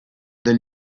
del